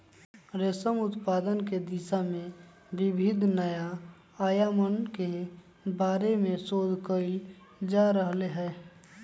रेशम उत्पादन के दिशा में विविध नया आयामन के बारे में शोध कइल जा रहले है